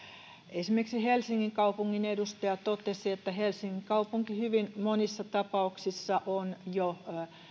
esimerkiksi helsingin kaupungin edustaja totesi että helsingin kaupunki hyvin monissa tapauksissa on jo